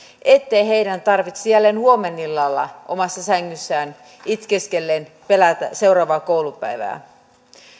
ettei heidän tarvitse jälleen huomenillalla omassa sängyssään itkeskellen pelätä seuraavaa koulupäivää